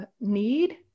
need